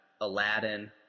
Aladdin